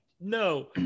No